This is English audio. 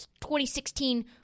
2016